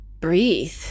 breathe